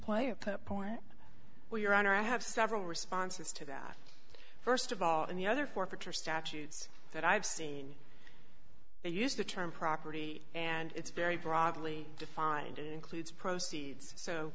play or put a point where your honor i have several responses to that first of all and the other forfeiture statutes that i've seen they use the term property and it's very broadly defined it includes proceeds so